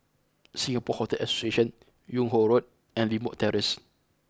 Singapore Hotel Association Yung Ho Road and Limbok Terrace